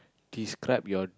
describe your